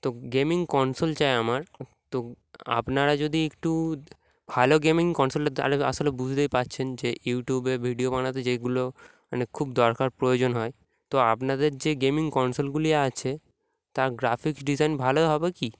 তো gaming console চাই আমার তো আপনারা যদি একটু ভালো গেমিং কনসোলটা তাহলে আসলে বুঝতেই পারছেন যে ইউটিউবে ভিডিও বানাতে যেগুলো মানে খুব দরকার প্রয়োজন হয় তো আপনাদের যে গেমিং কনসোলগুলি আছে তার গ্রাফিক্স ডিজাইন ভালোই হবে কি